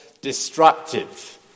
destructive